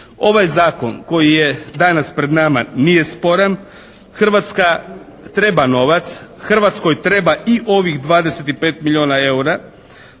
ovaj zakon koji je danas pred nama nije sporan, Hrvatska treba novac, Hrvatskoj treba i ovih 25 milijuna eura.